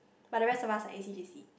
but the rest of us are A_C_J_C